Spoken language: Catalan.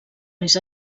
més